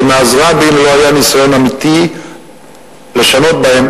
שמאז רבין לא היה ניסיון אמיתי לשנות בהם,